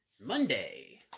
Monday